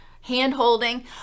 hand-holding